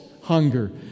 hunger